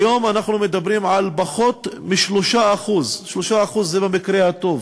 כיום אנחנו מדברים על פחות מ-3% 3% זה במקרה הטוב,